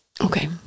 Okay